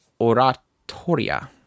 oratoria